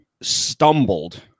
stumbled